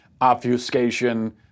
obfuscation